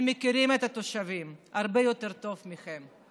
הם מכירים את התושבים הרבה יותר טוב מכם.